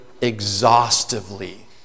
exhaustively